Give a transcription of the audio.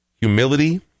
humility